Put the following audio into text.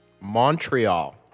Montreal